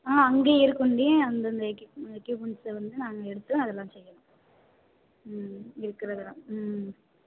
ஆ அங்கேயே இருக்கும்டி அந்தந்த எக்யூப் எக்யூப்மெண்ட்ஸ்ஸை வந்து நாங்கள் எடுத்து அதெல்லாம் செய்கிறோம் ம் இருக்கிறதுதான் ம்